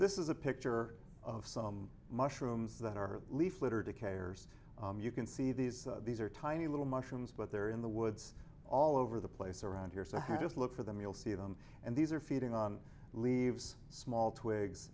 this is a picture of some mushrooms that are leaf litter to carriers you can see these these are tiny little mushrooms but they're in the woods all over the place around here so how does look for them you'll see them and these are feeding on leaves small twigs